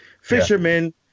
fishermen